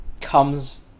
comes